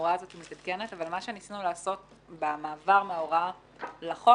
ההוראה הזאת מתעדכנת אבל מה שניסינו לעשות במעבר מההוראה לחוק,